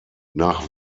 nach